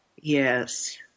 Yes